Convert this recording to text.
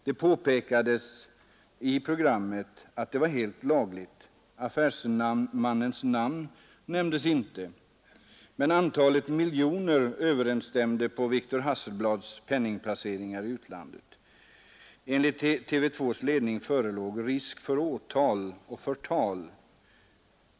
Det påpekades i programmet att det var helt lagligt. Affärsmannens namn nämndes inte, men antalet miljoner stämde in på Victor Hasselblads penningplaceringar i utlandet. Enligt TV 2:s ledning förelåg risk för åtal för förtal.